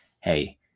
Hey